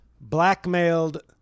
blackmailed